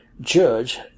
Judge